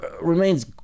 remains